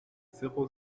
zéro